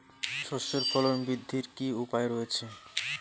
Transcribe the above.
সর্ষের ফলন বৃদ্ধির কি উপায় রয়েছে?